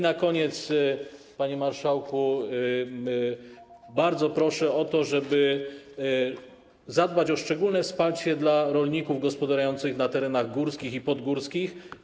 Na koniec, panie marszałku, bardzo proszę o to, żeby zadbać o szczególne wsparcie dla rolników gospodarujących na terenach górskich i podgórskich.